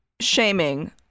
shaming